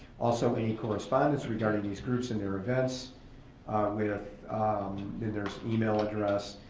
also any correspondence regarding these groups and their events with their email address